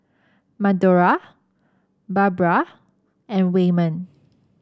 Madora Barbra and Waymon